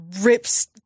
rips